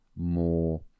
more